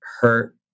hurt